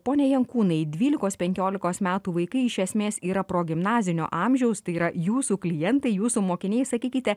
pone jankūnai dvylikos penkiolikos metų vaikai iš esmės yra pro gimnazinio amžiaus tai yra jūsų klientai jūsų mokiniai sakykite